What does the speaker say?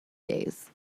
days